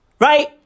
Right